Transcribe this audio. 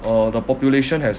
uh the population has